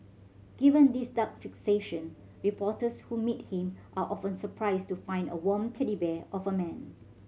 given these dark fixations reporters who meet him are often surprised to find a warm teddy bear of a man